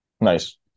Nice